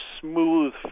smooth